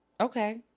Okay